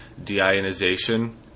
deionization